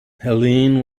helene